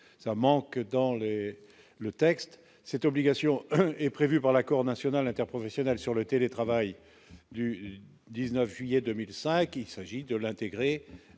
ça manque dans le, le texte, cette obligation est prévue par l'accord national interprofessionnel sur le télétravail, du 19 juillet 2005, il s'agit de l'intégrer